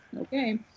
okay